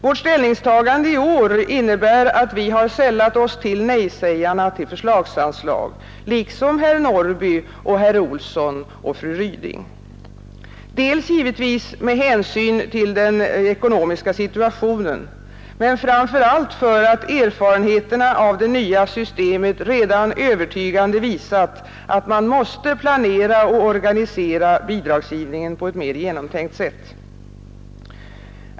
Vårt ställningstagande i år innebär att vi har sällat oss till nej-sägarna till förslagsanslag — liksom herr Norrby i Gunnarskog, herr Olsson i Kil och fru Ryding — dels givetvis med hänsyn till den ekonomiska situationen men dels och framför allt därför att erfarenheterna av det nya systemet redan övertygande visat att man måste planera och organisera bidragsgivningen på ett mer genomtänkt sätt.